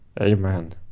amen